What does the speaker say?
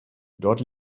dort